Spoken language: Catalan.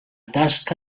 tasca